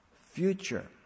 future